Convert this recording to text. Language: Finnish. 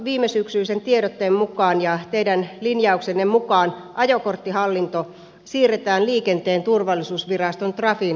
viimesyksyisen tiedotteen mukaan ja teidän linjauksenne mukaan ajokorttihallinto siirretään liikenteen turvallisuusviraston trafin hoidettavaksi